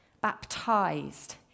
Baptized